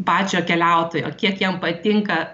pačio keliautojo kiek jam patinka